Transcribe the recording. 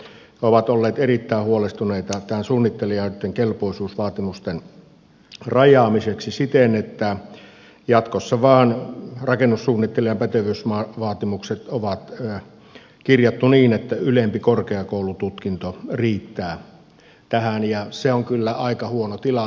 he ovat olleet erittäin huolestuneita suunnittelijoitten kelpoisuusvaatimusten rajaamisesta siten että jatkossa vain rakennussuunnittelijan pätevyysvaatimukset on kirjattu niin että ylempi korkeakoulututkinto riittää tähän ja se on kyllä aika huono tilanne